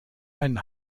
einen